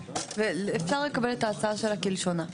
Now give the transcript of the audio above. אפשר לקבל את ההצעה שלה כלשונה.